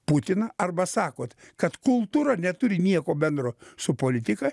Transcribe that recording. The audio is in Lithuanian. putiną arba sakot kad kultūra neturi nieko bendro su politika